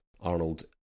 Arnold